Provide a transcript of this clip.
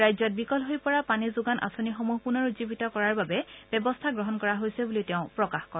ৰাজ্যত বিকল হৈ পৰা পানী যোগান আঁচনিসমূহ পুনৰ উজ্জীৱিত কৰাৰ বাবে ব্যৱস্থা গ্ৰহণ কৰা হৈছে বুলিও তেওঁ প্ৰকাশ কৰে